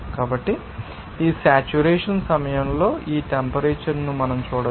కాబట్టి ఈ సేట్యురేషన్ సమయంలో ఈ టెంపరేచర్ ను మనం చూడవచ్చు